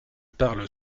parle